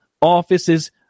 Office's